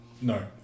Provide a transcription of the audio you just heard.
No